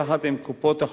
יחד עם קופות-החולים,